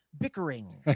bickering